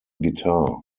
guitar